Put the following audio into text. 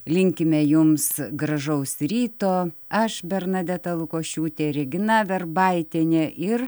linkime jums gražaus ryto aš bernadeta lukošiūtė regina verbaitienė ir